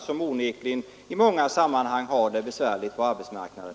Den äldre arbetskraften har det i många sammanhang besvärligt på arbetsmarknaden.